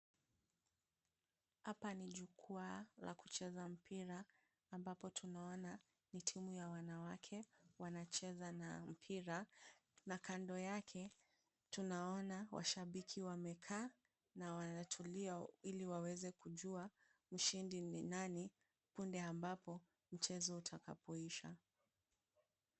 Hapa ni jukwaa la kucheza mpira, ambapo tunaona ni timu ya wanawake wanacheza na mpira na kando yake tunaona washabiki wamekaa na wanatulia ili waweze kujua mshindi ni nani punde ambapo mchezo utakapoisha.